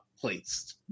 placed